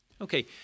Okay